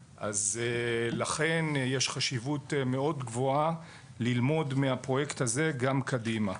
לכן יש חשיבות מאוד גבוהה ללמוד מהפרויקט הזה גם קדימה.